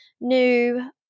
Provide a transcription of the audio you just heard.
new